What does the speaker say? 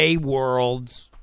worlds